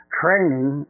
training